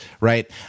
Right